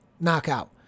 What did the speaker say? knockout